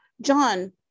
John